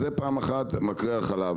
זה בתור התחלה מקרר חלב,